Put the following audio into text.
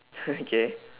okay